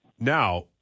Now